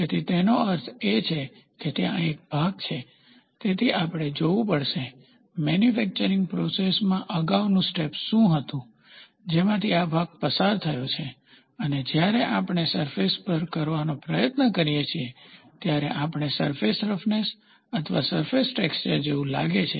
તેથી તેનો અર્થ એ છે કે ત્યાં એક ભાગ છે તેથી આપણે જોવું પડશે મેન્યુફેકચરીંગ પ્રોસેસમાં અગાઉનું સ્ટેપ શું હતું જેમાંથી આ ભાગ પસાર થયો છે અને જ્યારે આપણે સરફેસ પર કરવાનો પ્રયત્ન કરીએ છીએ ત્યારે આપણે સરફેસ રફનેસ અથવા સરફેસ ટેક્સચર જેવું લાગે છે